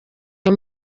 iyo